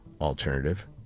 alternative